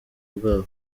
bwabo